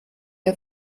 ihr